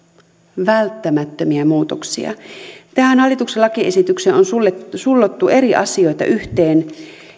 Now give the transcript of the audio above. välttämättömiä muutoksia tähän hallituksen lakiesitykseen on sullottu sullottu yhteen